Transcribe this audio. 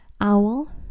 Owl